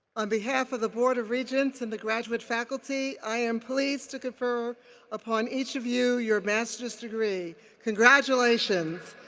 on behalf of the board of regents and the graduate faculty, i am pleased to confer upon each of you your master's degree. congratulations.